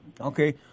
Okay